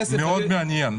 כסף --- מאוד מעניין.